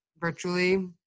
virtually